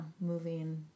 moving